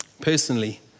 Personally